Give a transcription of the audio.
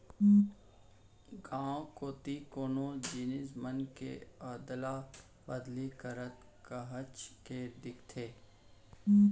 गाँव कोती कोनो जिनिस मन के अदला बदली करत काहेच के दिखथे